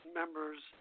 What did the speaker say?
members